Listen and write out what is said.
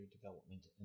development